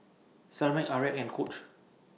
Similac Arai and Coach